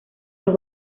los